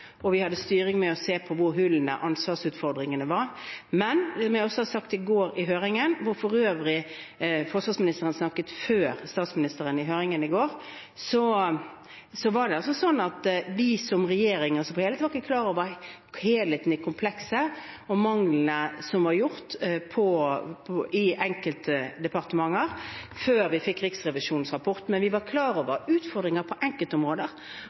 og vi hadde styring med å se på hvor hullene, ansvarsutfordringene, var. Men som jeg også sa i går i høringen, hvor for øvrig forsvarsministeren snakket før statsministeren, var det altså sånn at vi som regjering, som helhet, ikke var klar over helheten i komplekset og manglene som var gjort i enkeltdepartementer, før vi fikk Riksrevisjonens rapport. Men vi var klar over utfordringer på enkeltområder.